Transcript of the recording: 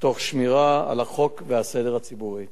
תוך שמירה על החוק והסדר הציבורי.